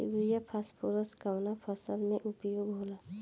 Urea phosphorus कवना फ़सल में उपयोग होला?